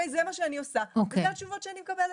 זה מה שאני עושה ואלה התשובות שאני מקבלת.